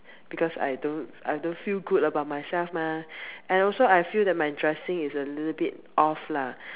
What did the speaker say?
because I don't I don't feel good about myself mah and also I feel that my dressing is a little bit off lah